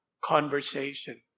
conversation